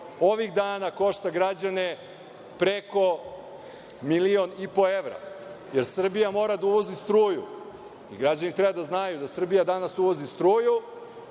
ovih dana košta građane preko milion i po evra, jer Srbija mora da uvozi struju. Građani treba da znaju da Srbija danas uvozi struju